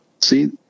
see